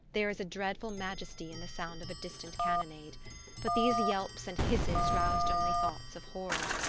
there is a dreadful majesty in the sound of a distant cannonade but these yelps and hisses roused only thoughts of horror.